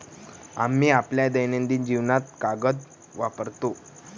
आम्ही आपल्या दैनंदिन जीवनात कागद वापरतो